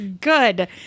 good